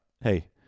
Hey